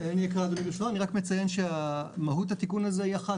אני רק אציין שמהות התיקון הזה היא אחת,